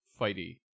fighty